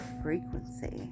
frequency